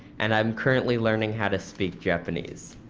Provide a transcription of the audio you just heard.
and i am currently learning how to speak japanese.